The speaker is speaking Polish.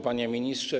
Panie Ministrze!